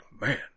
man